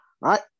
Right